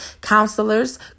counselors